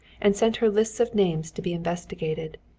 and sent her lists of names to be investigated.